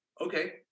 Okay